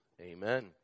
Amen